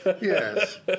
Yes